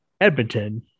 Edmonton